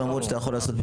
למרות שאתה יכול לעשות.